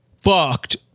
fucked